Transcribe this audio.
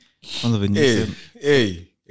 Hey